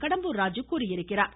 கடம்பூர் ராஜீ தெரிவித்திருக்கிறார்